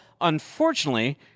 Unfortunately